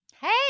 Hey